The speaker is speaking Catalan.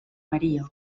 maria